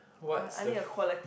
what's the f~